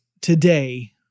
today